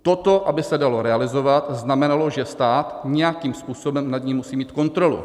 Toto aby se dalo realizovat, znamenalo, že stát nějakým způsobem nad ním musí mít kontrolu.